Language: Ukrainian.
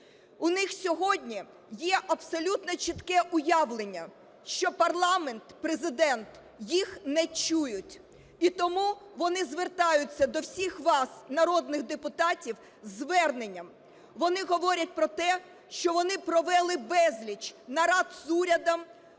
У них сьогодні є абсолютно чітке уявлення, що парламент, Президент їх не чують. І тому вони звертаються до всіх вас, народних депутатів, зі зверненням. Вони говорять про те, що вони провели безліч нарад з урядом,